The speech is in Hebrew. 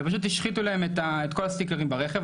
ופשוט השחיתו להם את כל הסטיקרים ברכב,